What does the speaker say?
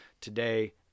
today